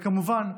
וכמובן,